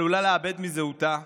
עלולה לאבד את זהותה,